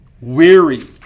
weary